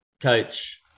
coach